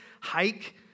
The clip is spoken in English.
hike